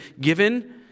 given